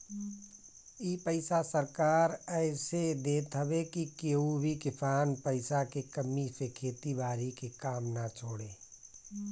इ पईसा सरकार एह से देत हवे की केहू भी किसान पईसा के कमी से खेती बारी के काम ना छोड़े